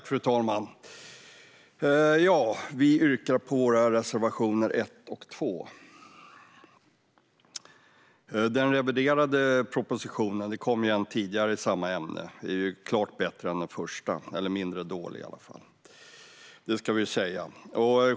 Fru talman! Jag yrkar bifall till våra reservationer 1 och 2. Den reviderade propositionen - det kom ju en proposition tidigare i samma ämne - är klart bättre - eller mindre dålig - än den första.